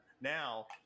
now